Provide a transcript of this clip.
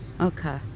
Okay